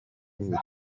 nibwo